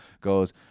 goes